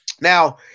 Now